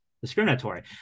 discriminatory